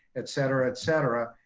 et cetera, et cetera,